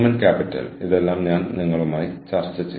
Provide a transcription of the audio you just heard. ഒപ്പം ആ അവസരങ്ങൾ മുതലെടുക്കാൻ അവർക്ക് കഴിയണം